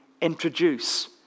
introduce